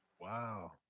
Wow